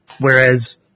Whereas